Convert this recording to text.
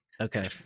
Okay